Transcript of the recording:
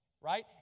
right